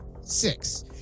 six